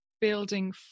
building